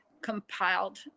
compiled